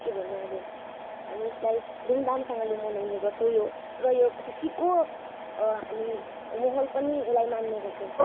के भन्नु अब हामी यसलाई धुमधामसँगले मनाउने गर्छौँ यो र यो खुसीको हामी माहोल पनि यसलाई मान्ने गर्छौँ